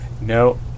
no